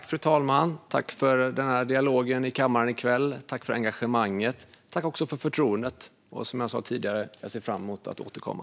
Fru talman! Tack för den här dialogen i kammaren i kväll! Tack för engagemanget, och tack också för förtroendet! Som jag sa tidigare ser jag fram emot att återkomma.